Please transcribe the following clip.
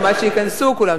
גם עד שייכנסו כולם,